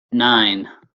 nine